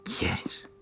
Yes